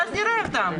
ואז נראה אותם.